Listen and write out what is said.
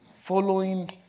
following